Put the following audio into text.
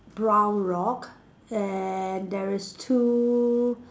brown rock and there is two